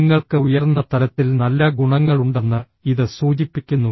നിങ്ങൾക്ക് ഉയർന്ന തലത്തിൽ നല്ല ഗുണങ്ങളുണ്ടെന്ന് ഇത് സൂചിപ്പിക്കുന്നു